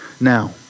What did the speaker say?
Now